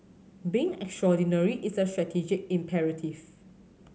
being extraordinary is a strategic imperative